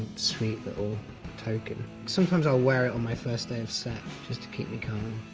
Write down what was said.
sweet little token. sometimes i'll wear it on my first day of set just to keep me calm.